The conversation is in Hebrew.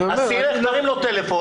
לך, תרים לו טלפון.